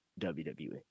WWE